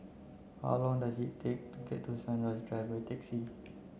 how long does it take to get to Sunrise Drive taxi